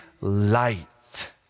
light